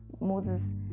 moses